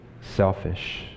selfish